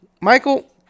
Michael